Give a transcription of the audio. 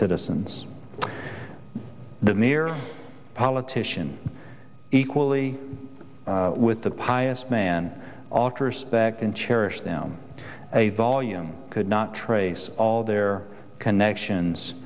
citizens the mere politician equally with the pious man altars back and cherish them a volume could not trace all their connections